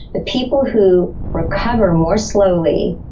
the people who recover more slowly